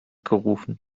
gerufen